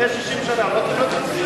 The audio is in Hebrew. מה שלפני 60 שנה לא צריך להיות ממוחשב?